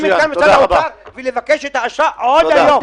נציגי משרד האוצר ויש לבקש הרשאה עוד היום.